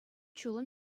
ҫулӑм